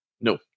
No